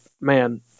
man